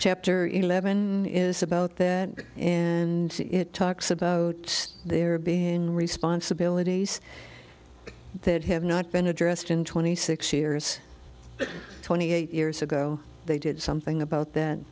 chapter eleven is about that and it talks about there being responsibilities that have not been addressed in twenty six years twenty eight years ago they did something about that